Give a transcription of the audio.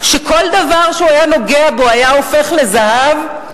שכל דבר שהוא היה נוגע בו היה הופך לזהב,